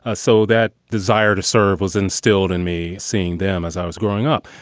ah so that desire to serve was instilled in me, seeing them as i was growing up.